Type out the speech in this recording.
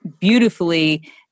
beautifully